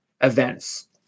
events